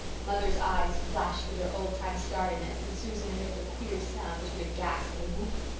mother's eyes flashed with their old-time starriness and susan emitted a queer sound between a gasp and a whoop.